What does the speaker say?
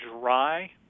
dry